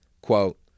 quote